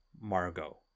Margot